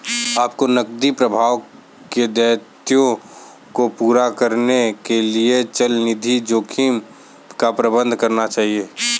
आपको नकदी प्रवाह के दायित्वों को पूरा करने के लिए चलनिधि जोखिम का प्रबंधन करना चाहिए